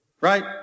right